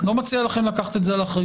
אני לא מציע לכם לקחת את זה על אחריותכם.